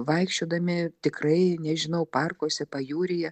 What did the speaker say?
vaikščiodami tikrai nežinau parkuose pajūryje